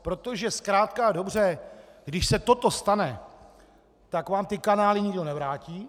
Protože zkrátka a dobře když se toto stane, tak vám ty kanály nikdo nevrátí.